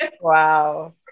Wow